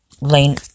lane